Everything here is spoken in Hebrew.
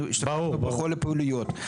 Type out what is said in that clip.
אנחנו השתתפנו בכל הפעילויות.